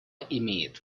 имеет